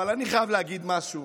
אבל אני חייב להגיד משהו,